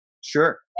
Sure